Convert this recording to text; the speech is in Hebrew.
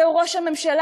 זהו ראש הממשלה,